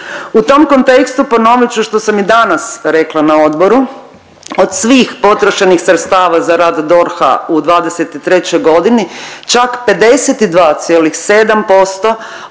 U tom kontekstu ponovit ću što sam i danas rekla na odboru, od svih potrošenih sredstava za rad DORH-a u '23.g. čak 52,7%